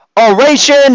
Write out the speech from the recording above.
oration